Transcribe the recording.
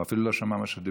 הוא אפילו לא שמע מה שאמרתי.